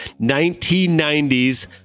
1990s